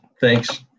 Thanks